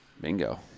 Bingo